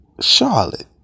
Charlotte